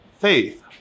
faith